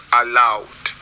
allowed